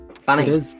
funny